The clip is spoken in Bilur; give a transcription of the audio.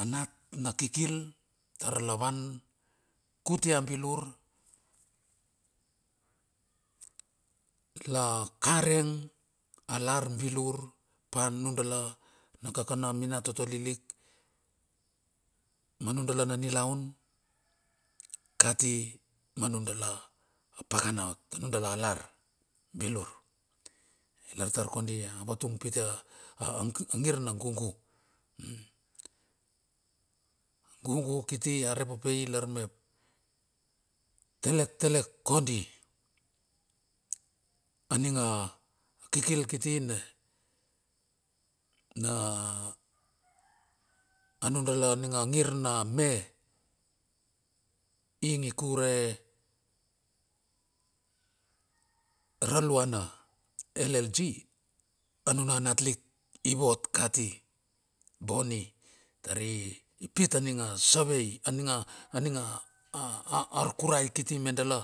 anat na kikirl tar la van kuti a bilur. La kareng a lar bilur pa nundala na nakakana minatoto lilik manundala na nilaun kati manudala pakanaot anudala lar, bilur. I lartar kondi avtatung pitea a ngir na gugu. A gugu kiti arepopai lar mep telek telek kondi. Aning a kikil kiti na anundala ngir na me ing ikure raluana llg a nuna natlik i vot kati. Bonnie tar i pit aninga savei anina aninga a arkurai kiti medola.